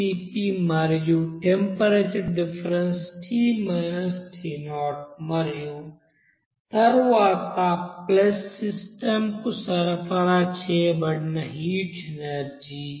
Cp మరియు temperature difference మరియు తరువాతసిస్టమ్కు సరఫరా చేయబడిన హీట్ ఎనర్జీ